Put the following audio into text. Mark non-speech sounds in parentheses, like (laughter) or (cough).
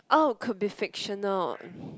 oh could be fictional (breath)